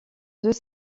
deux